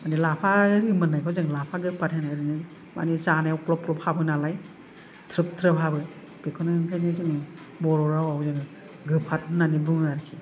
मानि लाफा रिमोन्नायखौ जों लाफा गोफाथ होनो ओरैनो मानि जानायाव ग्लब ग्लब हाबो नालाय थ्रोब थ्रोब हाबो बेखौनो ओंखायनो जोङो बर' रावाव जोङो गोफाथ होन्नानै बुङो आरोखि